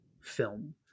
film